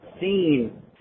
seen